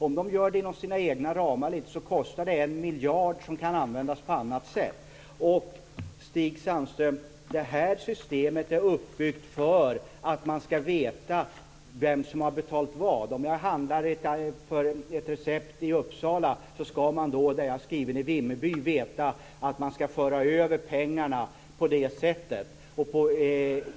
Om man genomför det inom sina egna ramar, kan denna miljard användas på annat sätt. Stig Sandström! Det här systemet är uppbyggt för att man skall veta vem som har betalat vad. Om jag handlar på ett recept i Uppsala och är skriven i Vimmerby, skall man där veta att pengarna skall föras över dit.